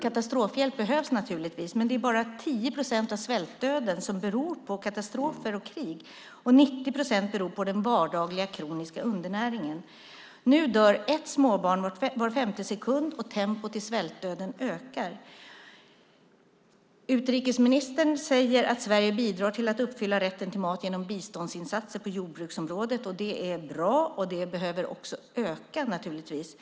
Katastrofhjälp behövs naturligtvis, men det är bara 10 procent av svältdöden som beror på katastrofer och krig. 90 procent beror på den vardagliga kroniska undernäringen. Nu dör ett småbarn var femte sekund, och tempot i svältdöden ökar. Utrikesministern säger att Sverige bidrar till att uppfylla rätten till mat genom biståndsinsatser på jordbruksområdet. Det är bra, och det behöver naturligtvis också öka.